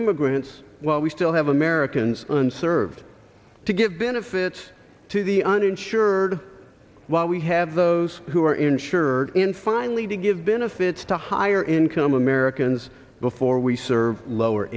immigrants while we still have americans unserved to give benefits to the uninsured while we have those who are insured in finally to give benefits to higher income americans before we serve lower